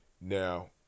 Now